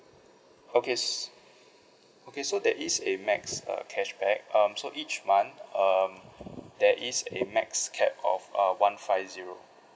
okay s~ okay so there is a max uh cashback um so each month um there is a max cap of uh one five zero